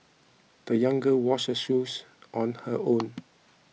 the young girl washed her shoes on her own